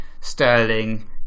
Sterling